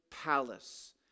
palace